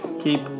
keep